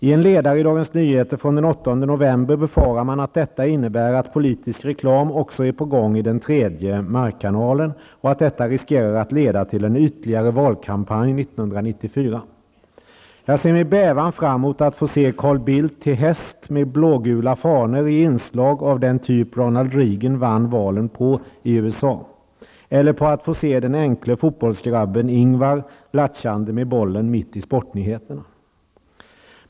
I en ledare i Dagens Nyheter från den 8 november befarar man att detta innebär att politisk reklam också är på gång i den tredje markkanalen och att detta riskerar att leda till en ytligare valkampanj 1994. Jag ser med bävan fram emot att få se Carl Bildt till häst med blågula fanor i inslag av den typ som Ronald Reagan vann valen på i USA. Eller på att få se den enkle fotbollsgrabben Ingvar lattjande med bollen mitt i sportnyheterna.